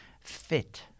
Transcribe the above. fit